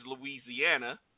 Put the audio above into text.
Louisiana